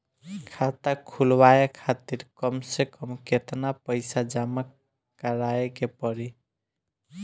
खाता खुलवाये खातिर कम से कम केतना पईसा जमा काराये के पड़ी?